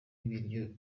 ibiryo